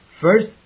First